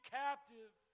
captive